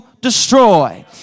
destroy